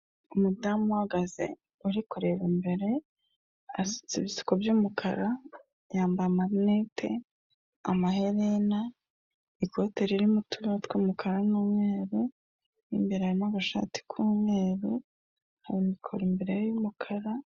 Umudamu uhagaze uri kureba imbere asutse ibisuko by'umukara yambaye amarinete, amaherena, ikote ririmo utubara twumukara n'umweru imbere harimo agashati k'umweru mu mikoro imbere y'umukara